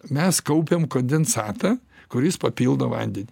mes kaupėm kondensatą kuris papildo vandenį